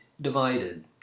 Divided